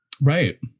Right